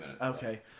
Okay